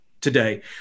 today